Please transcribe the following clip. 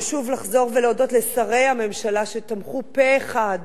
ושוב לחזור ולהודות לשרי הממשלה שתמכו פה אחד